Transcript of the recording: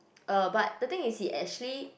uh but the thing is he actually